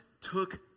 took